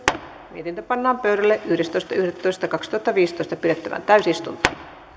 mietintö pannaan pöydälle yhdestoista yhdettätoista kaksituhattaviisitoista pidettävään täysistuntoon